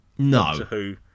No